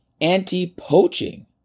anti-poaching